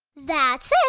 that's it.